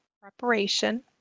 preparation